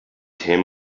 him